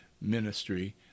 ministry